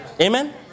Amen